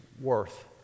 worth